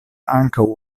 ankaŭ